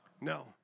No